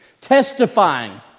Testifying